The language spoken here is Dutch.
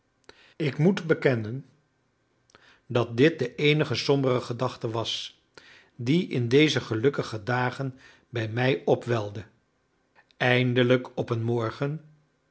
ik moet bekennen dat dit de eenige sombere gedachte was die in deze gelukkige dagen bij mij opwelde eindelijk op een morgen